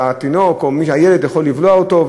והתינוק או הילד יכול לבלוע חלק שלו.